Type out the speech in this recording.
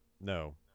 No